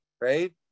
right